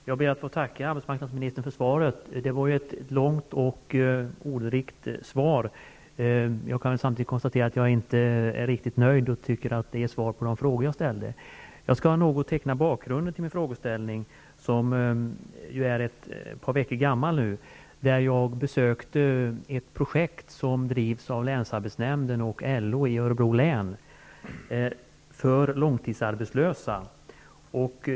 Herr talman! Jag ber att få tacka arbetsmarknadsministern för svaret, som var långt och ordrikt. Jag kan samtidigt konstatera att jag inte är riktigt nöjd och att arbetsmarknadsministern inte ger svar på de frågor jag ställde. Jag skall något teckna bakgrunden till min fråga, som ju nu är ett par veckor gammal. Jag besökte tidigare ett projekt som drivs av länsarbetsnämnden och LO i Örebro län och som riktar sig till långtidsarbetslösa.